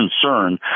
concern